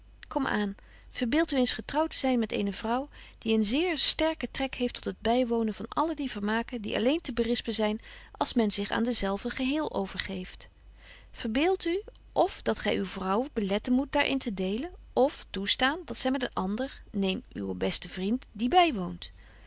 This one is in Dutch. kom aan verbeeldt u eens getrouwt te zyn met eene vrouw die een zeer sterken trek heeft tot het bywonen van alle die vermaken die alleen te berispen zyn als men zich aan dezelven geheel overgeeft verbeeldt u of dat gy uw vrouw beletten moet daar in te delen of toestaan dat zy met een ander neem uwen besten vriend die bywoont